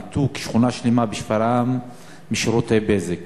ניתוק שכונה שלמה בשפרעם משירותי "בזק".